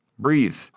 Breathe